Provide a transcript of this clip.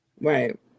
Right